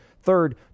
Third